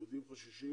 יהודים חוששים